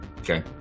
Okay